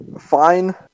fine